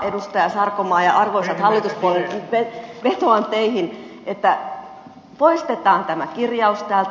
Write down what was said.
sarkomaa ja arvoisat hallituspuolueet nyt vetoan teihin että poistetaan tämä kirjaus täältä